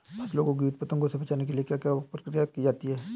फसलों को कीट पतंगों से बचाने के लिए क्या क्या प्रकिर्या की जाती है?